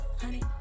honey